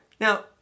Now